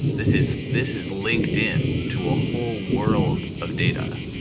this is this is linked in to a whole world of data.